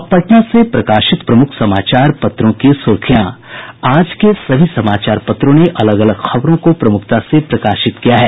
अब पटना से प्रकाशित प्रमुख समाचार पत्रों की सुर्खियां आज के सभी समाचार पत्रों ने अलग अलग खबरों को प्रमुखता से प्रकाशित किया है